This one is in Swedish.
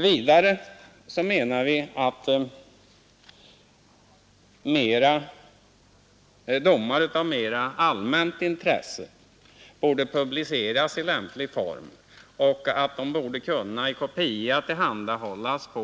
Vidare menar vi att domar av mer allmänt intresse borde publiceras i lämplig form och att de borde tillhandahållas i kopia